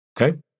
Okay